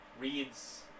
reads